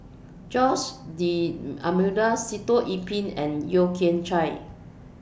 Jose D'almeida Sitoh Yih Pin and Yeo Kian Chai